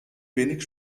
wenig